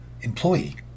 employee